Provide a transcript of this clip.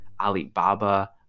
Alibaba